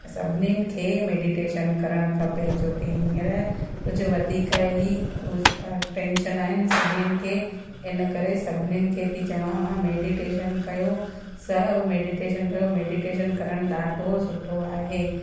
सभिनीनि खे मेडीटेशन करणु खपे छो की हींअर कुझु वधीक ई उस टेंशन आहिनि सभिनीनि खे इन करे सभिनीनि खे थी चवां मां मेडीटेशन कयो सभु मेडीटेशन कयो मेडीटेशन करणु ॾाढो सुठो आहे